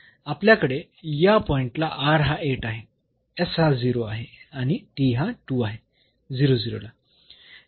तर आपल्याकडे या पॉईंट ला हा आहे s हा आहे आणि हा आहे ला